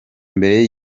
mbere